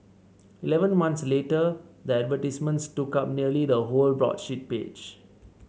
eleven months later the advertisements took up nearly the whole broadsheet page